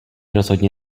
rozhodně